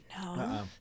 No